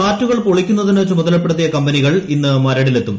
ഫ്ളാറ്റുകൾ പൊളിക്കുന്നതിന് ചുമതലപ്പെടുത്തിയ കമ്പനികൾ ഇന്ന് മരടിലെത്തും